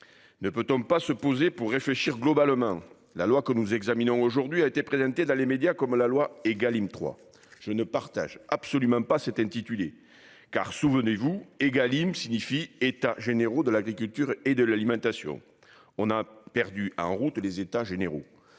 Ne peut-on pas se poser pour réfléchir globalement ? La proposition de loi que nous examinons aujourd'hui a été présentée dans les médias comme la loi Égalim 3. Je ne souscris absolument pas à cet intitulé ! Souvenez-vous, Égalim signifie « États généraux de l'agriculture et de l'alimentation ». On a perdu en route les États généraux